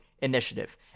Initiative